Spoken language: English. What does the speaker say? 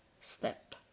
Step